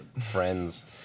friends